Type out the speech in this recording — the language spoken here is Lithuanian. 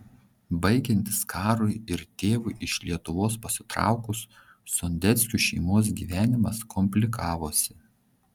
baigiantis karui ir tėvui iš lietuvos pasitraukus sondeckių šeimos gyvenimas komplikavosi